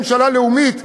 ממשלה לאומית,